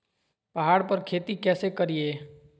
पहाड़ पर खेती कैसे करीये?